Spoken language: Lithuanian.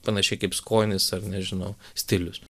panašiai kaip skonis ar nežinau stilius